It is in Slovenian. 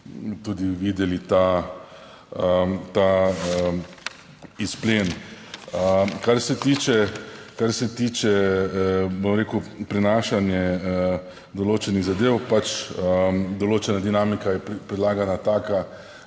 tudi videli ta izplen. Kar se tiče, kar se tiče bom rekel prenašanje določenih zadev, določena dinamika je predlagana taka,